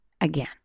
again